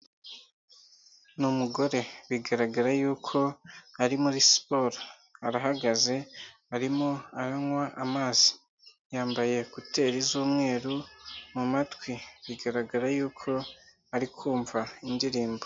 Ni umugore bigaragara y'uko ari muri siporo, arahagaze arimo aranywa amazi, yambaye kuteri z'umweru mu matwi bigaragara y'uko ari kumva indirimbo.